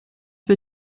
wir